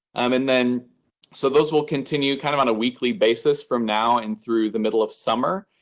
um and then so those will continue kind of on a weekly basis from now and through the middle of summer.